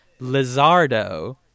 Lizardo